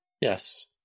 Yes